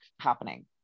happening